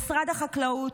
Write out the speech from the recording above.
משרד החקלאות,